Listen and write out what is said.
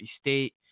State